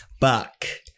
back